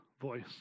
voice